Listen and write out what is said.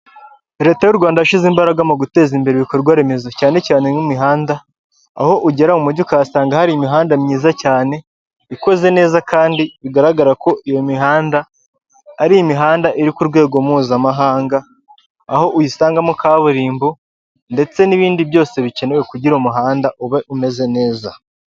Leta y'u Rwanda yashyize imbaraga mu guteza imbere ibikorwa remezo cyane cyane nk'imihanda, aho ugera mujyi u ukahasanga hari imihanda myiza cyane ikoze neza kandi bigaragara ko iyo mihanda ari imihanda iri ku rwego mpuzamahanga, aho uyisangamo kaburimbo ndetse n'ibindi byose bikenewe kugira umuhanda ube umeze neza.